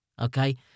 Okay